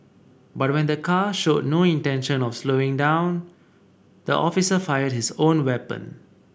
but when the car showed no intention of slowing down the officer fired his own weapon